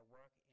work